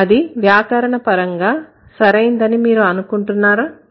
అది వ్యాకరణపరంగా సరైనదని మీరు అనుకుంటున్నారా